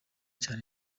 cyane